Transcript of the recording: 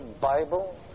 Bible